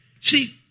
See